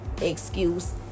excuse